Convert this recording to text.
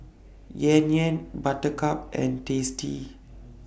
Yan Yan Buttercup and tasty